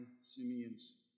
Simeon's